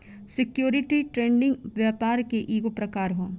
security trading व्यापार के ईगो प्रकार ह